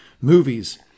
movies